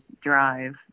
drive